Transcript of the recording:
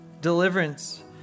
deliverance